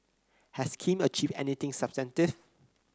has Kim achieved anything substantive